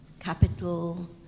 capital